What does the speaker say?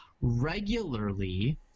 regularly